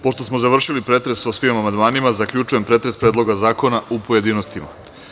Pošto smo završili pretres o svim amandmanima, zaključujem pretres Predloga zakona, u pojedinostima.